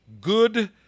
Good